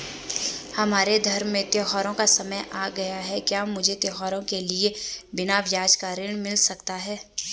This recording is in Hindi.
हमारे धर्म में त्योंहारो का समय आ गया है क्या मुझे त्योहारों के लिए बिना ब्याज का ऋण मिल सकता है?